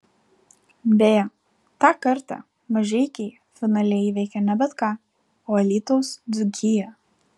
beje tą kartą mažeikiai finale įveikė ne bet ką o alytaus dzūkiją